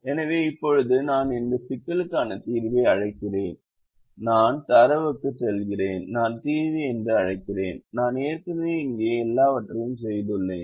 எனவே இப்போது நான் இந்த சிக்கலுக்கான தீர்வியை அழைக்கிறேன் நான் தரவுக்குச் செல்கிறேன் நான் தீர்வி என்று அழைக்கிறேன் நான் ஏற்கனவே இங்கே எல்லாவற்றையும் செய்துள்ளேன்